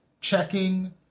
checking